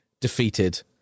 defeated